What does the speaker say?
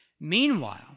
Meanwhile